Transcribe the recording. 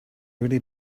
really